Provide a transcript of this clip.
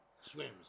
Swims